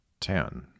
ten